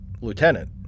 lieutenant